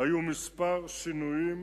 היו כמה שינויים,